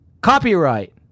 Copyright